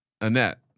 Annette